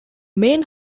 main